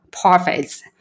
profits